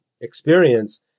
experience